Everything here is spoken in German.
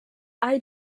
all